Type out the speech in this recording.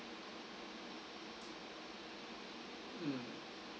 mm